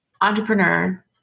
entrepreneur